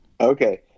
Okay